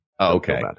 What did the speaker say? Okay